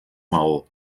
maó